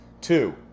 two